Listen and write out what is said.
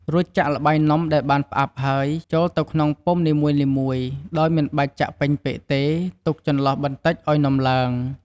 រួចចាក់ល្បាយនំដែលបានផ្អាប់ហើយចូលទៅក្នុងពុម្ពនីមួយៗ ដោយមិនបាច់ចាក់ពេញពេកទេ ទុកចន្លោះបន្តិចឱ្យនំឡើង។